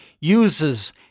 uses